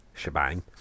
shebang